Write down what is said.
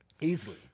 Easily